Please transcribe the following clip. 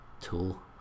tool